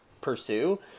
pursue